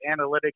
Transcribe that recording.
analytics